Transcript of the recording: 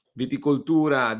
viticoltura